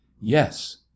yes